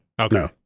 Okay